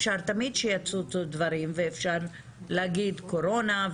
אפשר תמיד שיצוצו דברים ואפשר להגיד קורונה.